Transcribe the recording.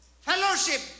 Fellowship